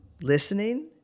listening